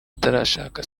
utarashaka